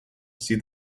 see